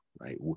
Right